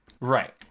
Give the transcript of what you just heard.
Right